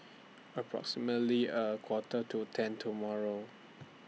approximately A Quarter to ten tomorrow